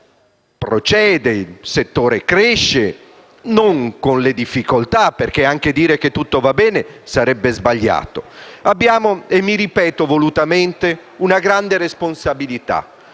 Il settore procede e cresce non senza difficoltà, perché dire che tutto va bene sarebbe sbagliato. Abbiamo - mi ripeto volutamente - una grande responsabilità,